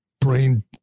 brain